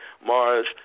Mars